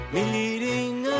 Meeting